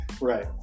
Right